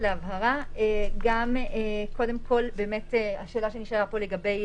לגבי השאלה שנשאלה פה לגבי